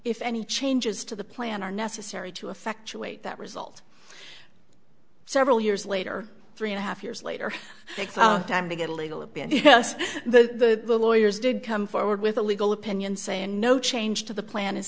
if any changes to the plan are necessary to effect to wait that result several years later three and a half years later time to get a legal opinion though the lawyers did come forward with a legal opinion saying no change to the plan is